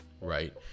Right